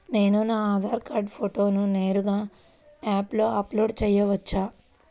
నేను నా ఆధార్ కార్డ్ ఫోటోను నేరుగా యాప్లో అప్లోడ్ చేయవచ్చా?